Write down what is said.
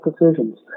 decisions